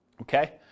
Okay